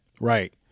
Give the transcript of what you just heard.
right